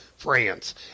France